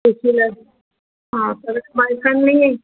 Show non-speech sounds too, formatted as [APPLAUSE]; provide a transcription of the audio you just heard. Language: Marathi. [UNINTELLIGIBLE] हां तर [UNINTELLIGIBLE]